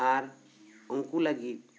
ᱟᱨ ᱩᱱᱠᱩ ᱞᱟᱹᱜᱤᱫ